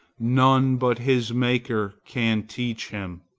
none but his maker can teach him.